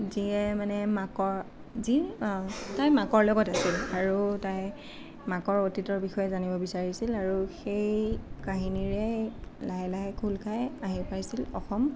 যিয়ে মানে মাকৰ যি তাই মাকৰ লগত আছিল আৰু তাই মাকৰ অতীতৰ বিষয়ে জানিব বিচাৰিছিল আৰু সেই কাহিনীৰে লাহে লাহে খোল খায় আহি পাইছিল অসম